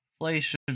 inflation